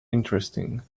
interesting